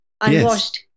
unwashed